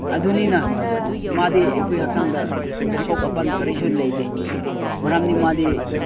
ꯑꯗꯨꯅꯤꯅ ꯃꯥꯗꯤ ꯑꯩꯈꯣꯏ ꯍꯛꯆꯥꯡꯗ ꯑꯁꯣꯛ ꯑꯄꯟ ꯀꯔꯤꯁꯨ ꯂꯩꯇꯦ ꯃꯔꯝꯗꯤ ꯃꯥꯗꯤ